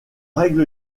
règle